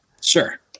Sure